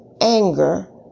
anger